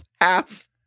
Half